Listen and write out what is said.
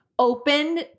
open